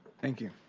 thank you.